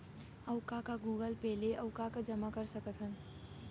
अऊ का का गूगल पे ले अऊ का का जामा कर सकथन?